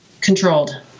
controlled